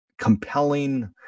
compelling